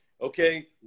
Okay